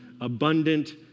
abundant